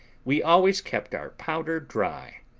we always kept our powder dry.